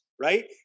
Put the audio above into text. right